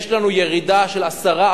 יש לנו ירידה של 10%,